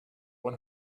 one